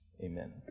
Amen